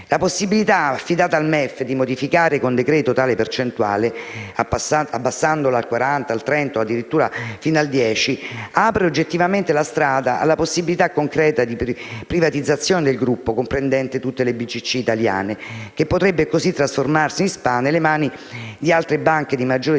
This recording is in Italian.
La possibilità affidata al MEF di modificare con decreto tale percentuale, abbassandola al 40, al 30 o addirittura fino al 10 per cento, apre oggettivamente la strada alla possibilità concreta di privatizzazione del gruppo comprendente tutte le BCC italiane, che potrebbe così trasformarsi in SpA nelle mani di altre banche di maggiori dimensioni